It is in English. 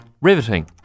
Riveting